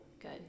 good